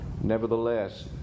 Nevertheless